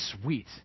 sweet